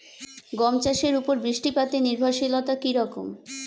গম চাষের উপর বৃষ্টিপাতে নির্ভরশীলতা কী রকম?